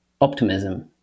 optimism